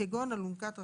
כגון אלונקת רחצה,